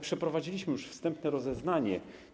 Przeprowadziliśmy już wstępne rozeznanie.